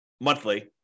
monthly